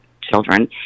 children